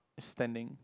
is standing